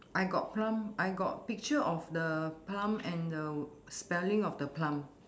I got plum I got picture of the plum and the spelling of the plum